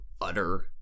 utter